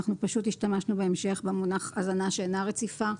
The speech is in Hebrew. אנחנו פשוט השתמשנו בהמשך במונח "הזנה שאינה רציפה".